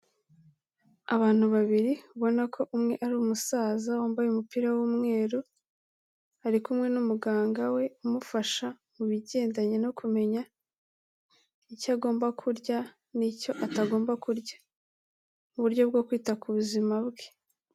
abantu babiri ubona ko umwe ari umusaza wambaye umupira w'umweru, ari kumwe n'umuganga we umufasha mu bigendanye no kumenya icyo agomba kurya n'icyo atagomba kurya. Mu buryo bwo kwita ku buzima bwe.